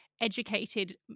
educated